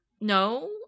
no